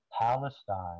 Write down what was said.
Palestine